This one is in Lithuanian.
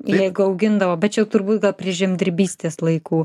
jeigu augindavo bet čia jau turbūt gal prie žemdirbystės laikų